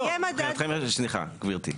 סליחה גברתי,